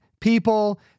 people